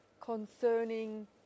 concerning